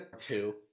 Two